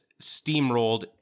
steamrolled